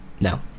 No